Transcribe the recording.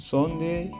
Sunday